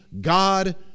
God